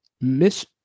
Miss